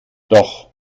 doch